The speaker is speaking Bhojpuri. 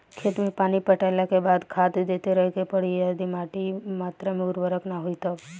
खेत मे पानी पटैला के बाद भी खाद देते रहे के पड़ी यदि माटी ओ मात्रा मे उर्वरक ना होई तब?